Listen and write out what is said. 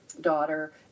daughter